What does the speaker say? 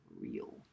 real